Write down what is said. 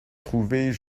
trouvés